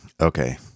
Okay